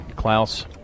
Klaus